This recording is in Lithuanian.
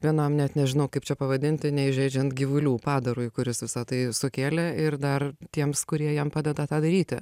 vienam net nežinau kaip čia pavadinti neįžeidžiant gyvulių padarui kuris visą tai sukėlė ir dar tiems kurie jam padeda tą daryti